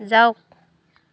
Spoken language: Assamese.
যাওক